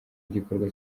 igikorwa